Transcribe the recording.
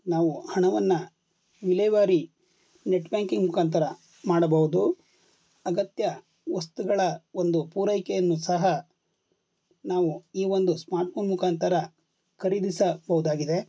ನಾವು ಹಣವನ್ನು ವಿಲೇವಾರಿ ನೆಟ್ಬ್ಯಾಂಕಿಂಗ್ ಮುಖಾಂತರ ಮಾಡಬೌದು ಅಗತ್ಯ ವಸ್ತುಗಳ ಒಂದು ಪೂರೈಕೆಯನ್ನು ಸಹ ನಾವು ಈ ಒಂದು ಸ್ಮಾರ್ಟ್ಫೋನ್ ಮುಖಾಂತರ ಖರೀದಿಸಬಹುದಾಗಿದೆ